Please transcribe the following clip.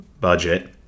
budget